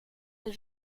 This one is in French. les